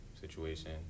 situation